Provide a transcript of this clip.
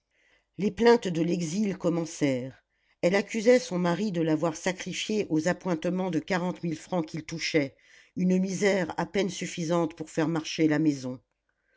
les plaintes de l'exil commencèrent elle accusait son mari de l'avoir sacrifiée aux appointements de quarante mille francs qu'il touchait une misère à peine suffisante pour faire marcher la maison